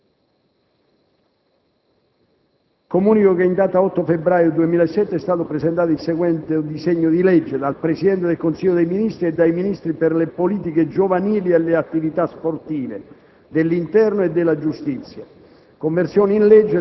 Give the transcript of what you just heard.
Comunico che, in data 8 febbraio 2007, è stato presentato il seguente disegno di legge: *dal Presidente del Consiglio dei ministri e dai Ministri per le politiche giovanili e le attività sportive, dell'interno e della giustizia:*